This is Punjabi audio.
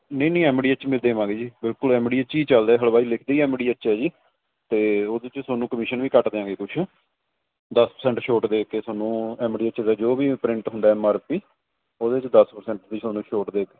ਨਹੀਂ ਨਹੀਂ ਐਮ ਡੀ ਐੱਚ ਮਿਲ ਦੇਵਾਂਗੇ ਜੀ ਬਿਲਕੁਲ ਐਮ ਡੀ ਐੱਚ ਚੀਜ਼ ਚੱਲਦੇ ਹਲਵਾਈ ਲਿਖਦੇ ਈ ਐਮ ਡੀ ਐੱਚ ਆ ਜੀ ਤੇ ਉਹਦੇ ਚ ਤੁਹਾਨੂੰ ਕਮਿਸ਼ਨ ਵੀ ਘੱਟ ਦਿਆਂਗੇ ਕੁਛ ਦਸ ਪ੍ਰਸੈਂਟ ਛੋਟ ਦੇ ਕੇ ਤੁਹਾਨੂੰ ਐਮ ਡੀ ਐੱਚ ਦਾ ਜੋ ਵੀ ਪ੍ਰਿੰਟ ਹੁੰਦਾ ਐਮ ਆਰ ਪੀ ਉਹਦੇ ਚੋ ਦਸ ਪ੍ਰਸੈਂਟ ਦੀ ਤੁਹਾਨੂੰ ਛੋਟ ਦੇ